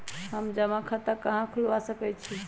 हम जमा खाता कहां खुलवा सकई छी?